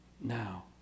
Now